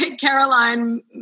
Caroline